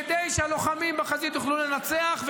כדי שהלוחמים בחזית יוכלו לנצח.